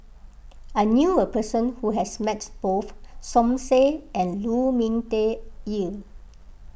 I knew a person who has met both Som Said and Lu Ming Teh Earl